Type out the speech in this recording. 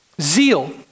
Zeal